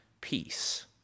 peace